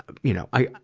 you know i,